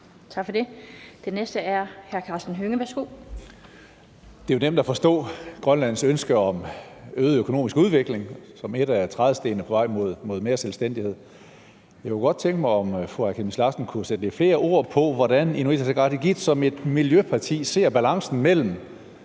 Det er jo nemt at forstå Grønlands ønske om øget økonomisk udvikling som en af trædestenene på vej mod mere selvstændighed. Jeg kunne godt tænke mig, om fru Aaja Chemnitz Larsen kunne sætte lidt flere ord på det og sige, hvordan Inuit Ataqatigiit som et miljøpoliti ser balancen mellem